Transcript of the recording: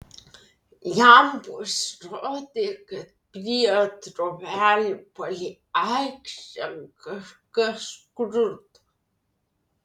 jam pasirodė kad prie trobelių palei aikštę kažkas kruta